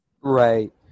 Right